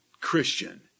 Christian